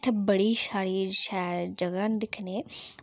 इत्थै बड़ी सारी शैल जगहां न दिक्खने